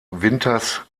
winters